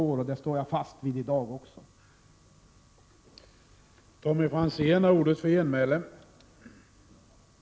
Herr talman! Jag står fast vid det jag yrkade i går.